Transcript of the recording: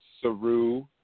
Saru